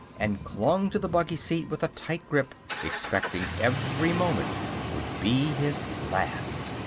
and clung to the buggy seat with a tight grip, expecting every moment would be his last.